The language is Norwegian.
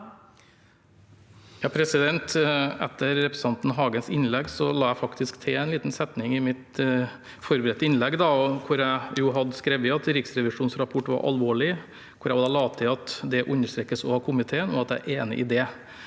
Etter repre- sentanten Hagens innlegg la jeg faktisk til en liten setning i mitt forberedte innlegg, der jeg hadde skrevet at Riksrevisjonens rapport var alvorlig, og jeg la da til at det også understrekes av komiteen, og at jeg er enig i det.